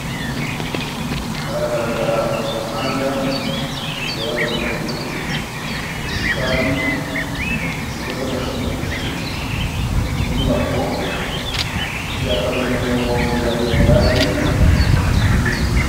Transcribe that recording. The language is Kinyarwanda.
Haragaragara umuhanda n'inzira y'abanyamaguru, ubusitani, insinga z'amashanyarazi, inyubako, ibyapa birimo ibya Yundayi n'ibindi.